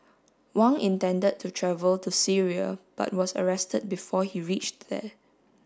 Wang intended to travel to Syria but was arrested before he reached there